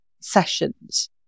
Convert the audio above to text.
sessions